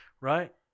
Right